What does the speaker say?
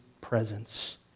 presence